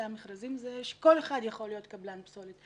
המכרזים זה שכל אחד יכול להיות קבלן פסולת,